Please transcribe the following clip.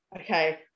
okay